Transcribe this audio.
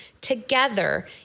together